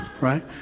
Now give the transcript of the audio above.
right